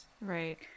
Right